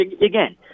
again